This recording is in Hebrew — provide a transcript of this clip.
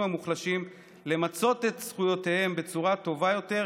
המוחלשים למצות את זכויותיהם בצורה טובה יותר,